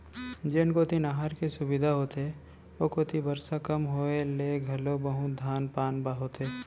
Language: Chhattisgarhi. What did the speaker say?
जेन कोती नहर के सुबिधा होथे ओ कोती बरसा कम होए ले घलो बहुते धान पान होथे